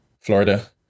Florida